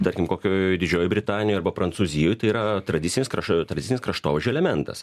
tarkim kokioj didžioji britanijoj arba prancūzijoj tai yra tradicinis tradicinis kraštovaizdžio elementas